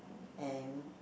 and